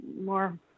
more